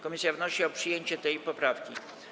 Komisja wnosi o przyjęcie tej poprawki.